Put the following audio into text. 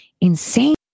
insane